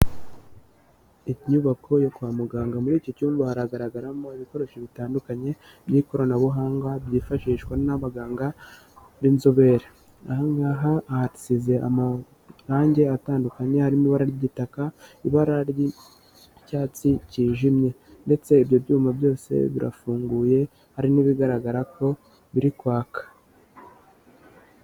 Inyubako yo kwa muganga. Muri iki cyumba haragaragaramo ibikoresho bitandukanye by'ikoranabuhanga byifashishwa n'abaganga b'inzobere. Aha ngaha hasize amarange atandukanye harimo ibara ry'igitaka, ibara ry'icyatsi kijimye ndetse ibyo byuma byose birafunguye hari n'ibigaragara ko biri kwaka.